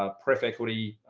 ah perfectly.